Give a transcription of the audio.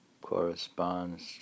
Corresponds